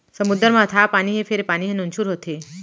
समुद्दर म अथाह पानी हे फेर ए पानी ह नुनझुर होथे